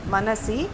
मनसि